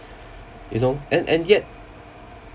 you know and and yet